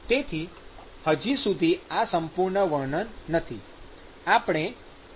તેથી હજી સુધી આ સંપૂર્ણ વર્ણન નથી